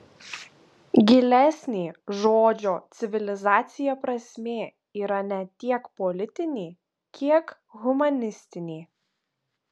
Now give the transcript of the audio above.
gilesnė žodžio civilizacija prasmė yra ne tiek politinė kiek humanistinė